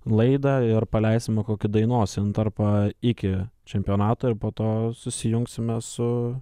laidą ir paleisime kokį dainos intarpą iki čempionato ir po to susijungsime su